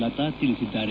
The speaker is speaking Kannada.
ಲತಾ ತಿಳಿಸಿದ್ದಾರೆ